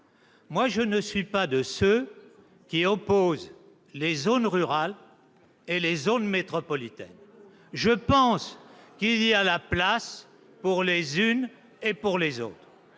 part, je ne suis pas de ceux qui opposent les zones rurales et les zones métropolitaines. Je pense qu'il y a la place pour les unes et pour les autres.